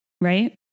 Right